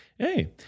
Hey